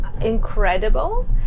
incredible